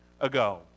ago